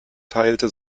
teilte